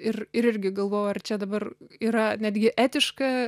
ir ir irgi galvojau ar čia dabar yra netgi etiška